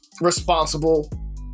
Responsible